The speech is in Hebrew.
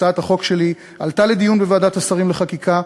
הצעת החוק שלי עלתה לדיון בוועדת השרים לחקיקה,